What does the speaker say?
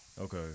Okay